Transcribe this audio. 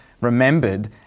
remembered